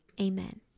Amen